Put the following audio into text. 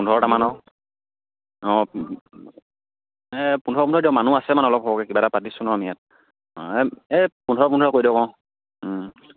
পোন্ধৰটামানৰ অঁ পোন্ধৰ পোন্ধৰই দিয়ক মানুহ আছে মানে অলপ সৰহকৈ কিবা এটা পাতিছো নহ্ আমি ইয়াত অঁ এই পোন্ধৰ পোন্ধৰ কৰি দিয়ক অঁ